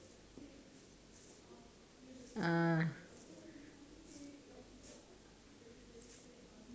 <Z